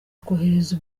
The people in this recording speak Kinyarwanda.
kohereza